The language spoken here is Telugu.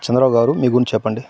చంద్ర గారు మీ గురించి చెప్పండి